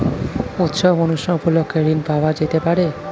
উৎসব অনুষ্ঠান উপলক্ষে ঋণ পাওয়া যেতে পারে?